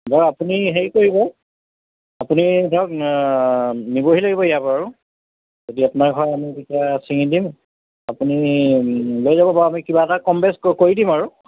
বাৰু আপুনি হেৰি কৰিব আপুনি ধৰক নিবহি লাগিব ইয়াৰ পৰা যদি আপোনাৰ ঘৰত আমি তেতিয়া ছিঙি দিম আপুনি লৈ যাব বাৰু আমি কিবা এটা কম বেছ ক কৰি দিম আৰু